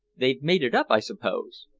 they've made it up, i suppose?